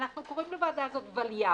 ואנחנו קוראים לוועדה הזאת ולי"ם.